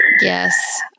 Yes